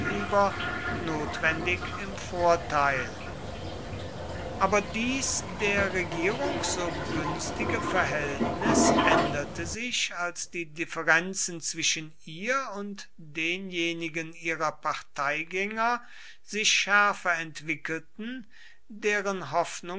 gegenüber notwendig im vorteil aber dies der regierung so günstige verhältnis änderte sich als die differenzen zwischen ihr und denjenigen ihrer parteigänger sich schärfer entwickelten deren hoffnungen